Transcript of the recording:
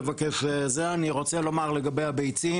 אני רוצה לומר לגבי הביצים.